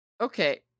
Okay